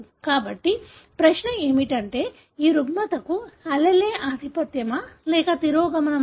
కాబట్టి ప్రశ్న ఏమిటంటే ఈ రుగ్మతకు allele ఆధిపత్యమా లేక తిరోగమనమా